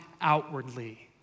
outwardly